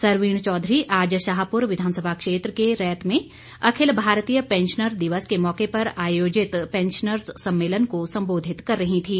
सरवीण चौधरी आज शाहपुर विधानसभा क्षेत्र के रैत में अखिल भारतीय पैंशनर दिवस के मौके पर आयोजित पैंशनर्ज़ सम्मेलन को संबोधित कर रही थीं